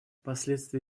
последствия